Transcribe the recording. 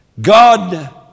God